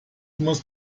muss